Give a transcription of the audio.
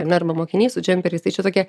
ar ne arba mokiniai su džemperiais tai čia tokie